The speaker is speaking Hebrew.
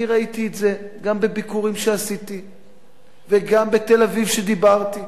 אני ראיתי את זה גם בביקורים שעשיתי וגם בתל-אביב כשדיברתי,